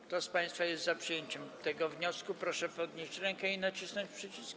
Kto z państwa jest za przyjęciem tego wniosku, proszę podnieść rękę i nacisnąć przycisk.